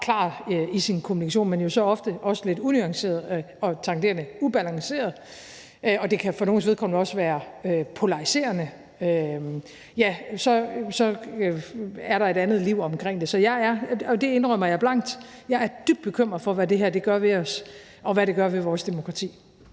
klart i sin kommunikation, men som jo så ofte også er lidt unuanceret og tangerende det ubalancerede, og som for nogles vedkommende også kan være polariserende, så er et andet liv omkring det. Så jeg indrømmer blankt, at jeg er dybt bekymret for, hvad det her gør ved os, og hvad det gør ved vores demokrati.